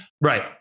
Right